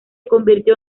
convirtió